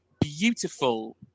beautiful